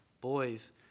boys